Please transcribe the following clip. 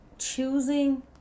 Choosing